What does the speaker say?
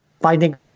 Finding